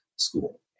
school